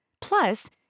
Plus